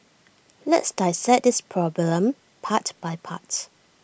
let's dissect this problem part by part